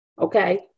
Okay